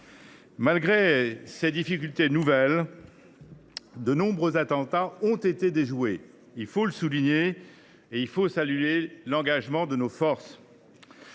Malgré ces difficultés nouvelles, de nombreux attentats sont déjoués : il faut le souligner, tout en saluant l’engagement de nos forces.